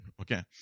Okay